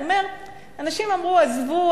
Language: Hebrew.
הוא אומר שאנשים אמרו: עזבו.